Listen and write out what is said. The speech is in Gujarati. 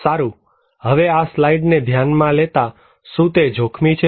સારુ હવેઆ સ્લાઇડને ધ્યાનમાં લેતા શું તે જોખમી છે